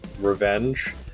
Revenge